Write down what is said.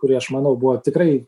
kuri aš manau buvo tikrai